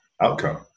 outcome